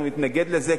אנחנו נתנגד לזה,